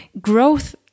growth